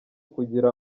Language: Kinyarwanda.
kugira